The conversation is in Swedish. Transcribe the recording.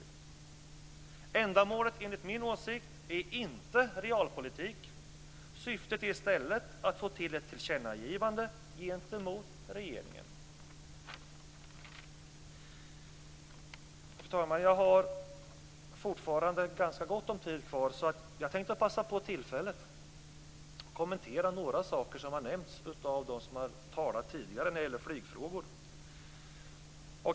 Ändamålet är enligt min åsikt inte realpolitik. Syftet är i stället att få till ett tillkännagivande gentemot regeringen. Fru talman! Jag har fortfarande ganska gott om tid kvar, så jag tänkte passa på tillfället och kommentera några saker som har nämnts av dem som har talat tidigare när det gäller flygfrågor.